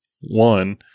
one